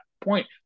point